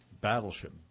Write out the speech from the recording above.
battleship